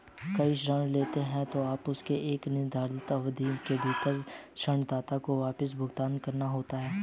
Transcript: कोई ऋण लेते हैं, तो आपको उसे एक निर्दिष्ट अवधि के भीतर ऋणदाता को वापस भुगतान करना होता है